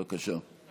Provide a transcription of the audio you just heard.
בבקשה.